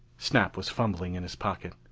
snap was fumbling in his pocket.